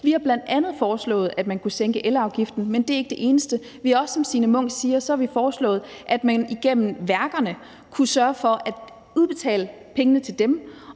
Vi har bl.a. foreslået, at man kunne sænke elafgiften, men det er ikke det eneste. Vi har også, som Signe Munk siger, foreslået, at man lader det gå igennem værkerne og sørger for at udbetale pengene til dem,